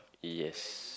yes